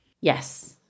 yes